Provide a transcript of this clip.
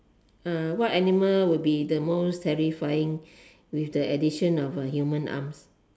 uh what animal will be the most terrifying with the addition of a human arm